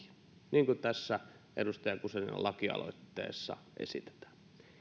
niin kuin tässä edustaja guzeninan lakialoitteessa esitetään